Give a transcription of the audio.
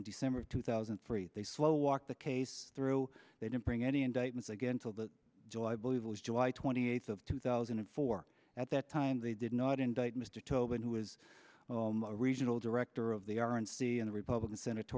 in december of two thousand and three they slow walk the case through they didn't bring any indictments again till the july believe it was july twenty eighth of two thousand and four at that time they did not indict mr tobin who was a regional director of the r n c and republican senat